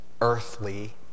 earthly